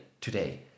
today